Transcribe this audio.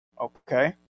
Okay